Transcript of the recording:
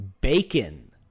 bacon